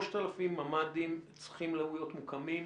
3,000 ממ"דים צריכים להיות מוקמים.